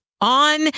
on